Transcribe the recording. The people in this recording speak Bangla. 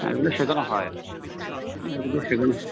অ্যাঁ এগুলো শেখানো হয় এগুলোই শেখানো